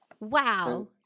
Wow